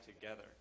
together